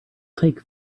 take